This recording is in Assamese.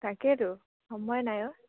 তাকেইেতো সময় নাই অঁ